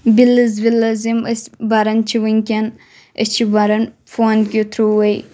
bills وِلٕز یِم أسۍ بَران چھ وٕنٛکؠن أسۍ چھ بَران فونہٕ کہِ تھٕروٗوٕے